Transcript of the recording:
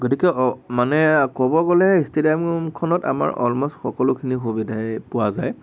গতিকে মানে ক'ব গ'লে ইষ্টেডিয়ামখনত আমাৰ অলমষ্ট সকলোখিনি সুবিধাই পোৱা যায়